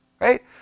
right